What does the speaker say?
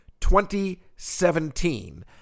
2017